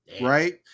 right